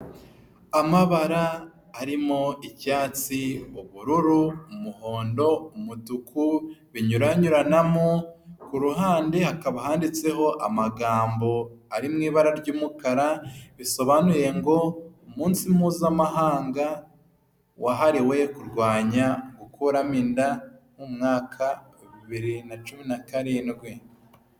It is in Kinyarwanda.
Amabara arimo icyatsi, ubururu, umuhondo, umutuku, binyuranyuranamo, ku ruhande hakaba handitseho amagambo ari mu ibara ry'umukara, bisobanuye ngo umunsi mpuzamahanga wahariwe kurwanya gukuramo inda, mu umwaka wa bibiri na cumi na karindwi.